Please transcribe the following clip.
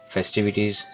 festivities